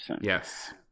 yes